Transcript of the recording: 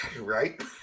Right